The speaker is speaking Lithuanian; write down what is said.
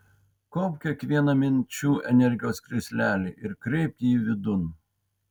kaupk kiekvieną minčių energijos krislelį ir kreipk jį vidun